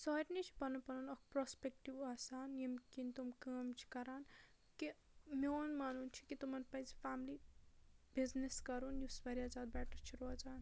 سارنٕے چھُ پَنُن پَنُن اَکھ پروسپیٚکٹِو آسان ییٚمہِ کِنۍ تِم کٲم چھِ کَران کہِ میون مانُن چھُ کہِ تِمَن پَزِ فیملی بِزنِس کَرُن یُس واریاہ زیادٕ بیٚٹَر چھُ روزان